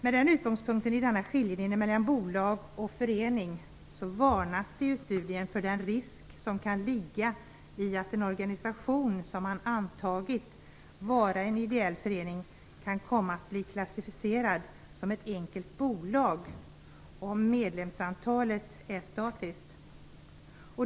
Med utgångspunkt i den skiljelinje mellan bolag och förening varnas i studien för den risk som kan ligga i att en organisation som man antagit vara en ideell förening kan komma att bli klassificerad som ett enkelt bolag om medlemsantalet är statiskt.